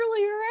earlier